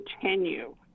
continue